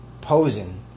posing